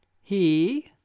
He